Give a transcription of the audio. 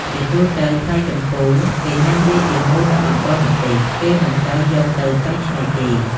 ជាទូទៅផ្លែជម្ពូគេញ៉ាំវាជាមួយនឹង អំបិលម្ទេស គេមិនសូវយកទៅកៃច្នៃទេ។